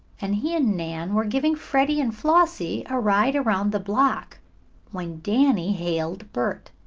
and he and nan were giving freddie and flossie a ride around the block when danny hailed bert.